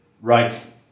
Right